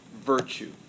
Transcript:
Virtue